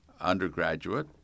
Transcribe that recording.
undergraduate